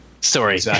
Sorry